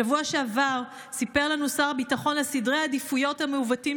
בשבוע שעבר סיפר לנו שר הביטחון על סדרי העדיפויות המעוותים